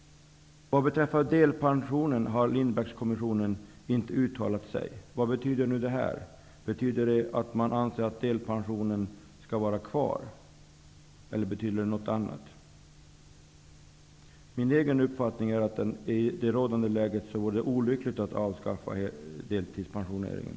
Om delpensionen har Lindbeckkommissionen inte uttalat sig. Vad betyder det? Betyder det att man anser att delpensionen skall vara kvar, eller betyder det något annat? Enligt min uppfattning vore det i rådande läge olyckligt att avskaffa delpensioneringen.